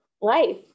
life